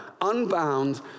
unbound